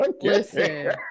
Listen